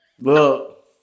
Look